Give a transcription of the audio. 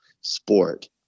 sport